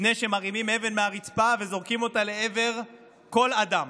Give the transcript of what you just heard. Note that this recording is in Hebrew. לפני שמרימים אבן מהרצפה וזורקים אותה לעבר כל אדם.